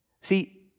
See